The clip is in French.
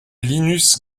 linus